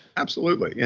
absolutely. yeah